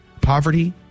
Poverty